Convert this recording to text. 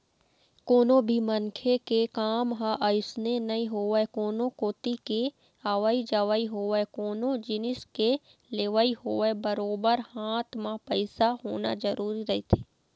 कोनो भी मनखे के काम ह अइसने नइ होवय कोनो कोती के अवई जवई होवय कोनो जिनिस के लेवई होवय बरोबर हाथ म पइसा होना जरुरी रहिथे